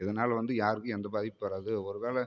இதனால வந்து யாருக்கும் எந்த பாதிப்பும் வராது ஒருவேளை